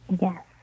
yes